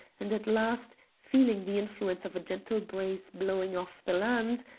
and at last, feeling the influence of a gentle breeze blowing off the land,